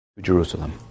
Jerusalem